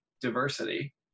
diversity